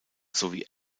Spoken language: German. sowie